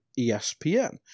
ESPN